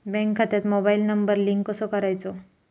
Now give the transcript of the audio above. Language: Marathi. बँक खात्यात मोबाईल नंबर लिंक कसो करायचो?